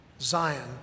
Zion